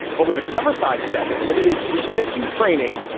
but with a clever sidestep and limited jujitsu training,